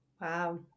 Wow